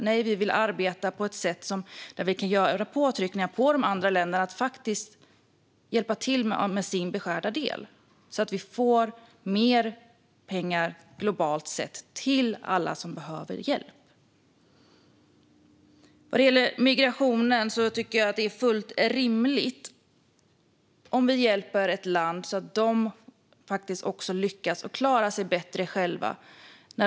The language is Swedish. Nej, vi vill arbeta på ett sätt där vi kan utöva påtryckningar på de andra länderna, så att de faktiskt hjälper till med sin beskärda del och så att vi får mer pengar globalt till alla som behöver hjälp. Vad gäller migrationen tycker jag att detta är fullt rimligt om vi hjälper ett land så att det faktiskt lyckas klara sig bättre självt.